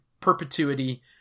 perpetuity